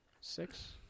six